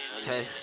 Hey